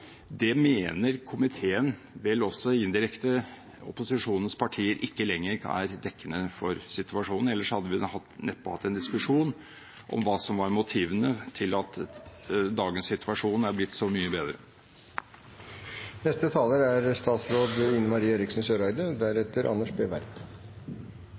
trusselsituasjon», mener komiteen, vel også indirekte opposisjonens partier, ikke lenger er dekkende for situasjonen. Ellers hadde vi neppe hatt en diskusjon om hva som var motivene til at dagens situasjon er blitt så mye bedre. Det er